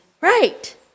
Right